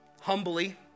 humbly